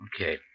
Okay